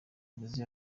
nizzo